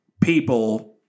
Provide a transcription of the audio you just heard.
people